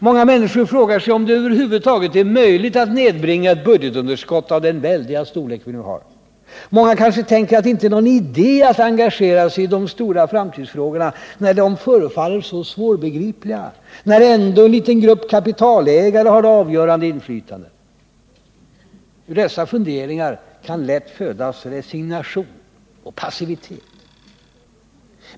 Många människor frågar sig om det över huvud taget är möjligt att nedbringa ett budgetunderskott av den väldiga storlek vi nu har. Många kanske tänker att det inte är någon idé att engagera sig i de stora framtidsfrågorna, när de förefaller så svårbegripliga, när ändå en liten grupp kapitalägare har det avgörande inflytandet. Ur dessa funderingar kan lätt födas resignation och passivitet.